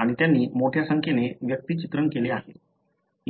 आणि त्यांनी मोठ्या संख्येने व्यक्तिचित्रण केले आहे